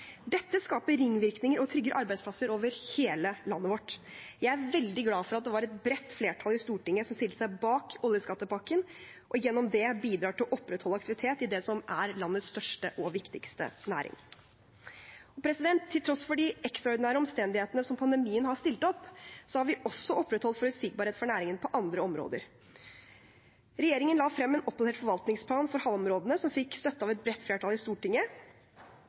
Dette skaper ringvirkninger og trygger arbeidsplasser over hele landet vårt. Jeg er veldig glad for at det var et bredt flertall i Stortinget som stilte seg bak oljeskattepakken og gjennom det bidrar til å opprettholde aktivitet i det som er landets største og viktigste næring. Til tross for de ekstraordinære omstendighetene som pandemien har stilt opp, har vi også opprettholdt forutsigbarhet for næringen på andre områder. Regjeringen la frem en oppdatert forvaltningsplan for havområdene, som fikk bredt flertall i Stortinget, inkludert definisjonen av iskantsonen. Dette er viktige avklaringer og rammer for petroleumsvirksomheten. I